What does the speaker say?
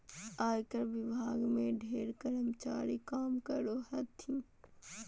आयकर विभाग में ढेर कर्मचारी काम करो हखिन